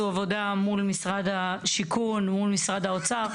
עבודה מול משרד השיכון ומול משרד האוצר.